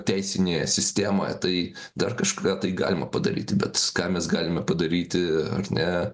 teisinėje sistemoje tai dar kažką tai galima padaryti bet ką mes galime padaryti ar ne